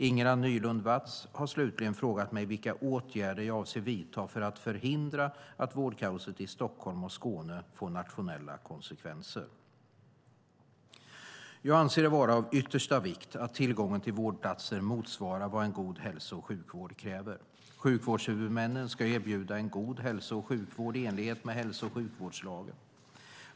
Ingela Nylund Watz har slutligen frågat mig vilka åtgärder jag avser att vidta för att förhindra att vårdkaoset i Stockholm och Skåne får nationella konsekvenser. Jag anser det vara av yttersta vikt att tillgången till vårdplatser motsvarar vad en god hälso och sjukvård kräver. Sjukvårdshuvudmännen ska erbjuda en god hälso och sjukvård i enlighet med hälso och sjukvårdslagen .